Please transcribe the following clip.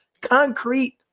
concrete